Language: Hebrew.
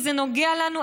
זה נוגע לנו,